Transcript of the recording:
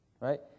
right